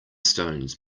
stones